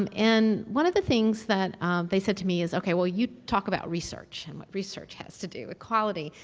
um and one of the things that they said to me is, okay, well. you talk about research and what research has to do with quality.